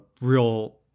real